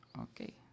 Okay